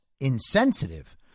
insensitive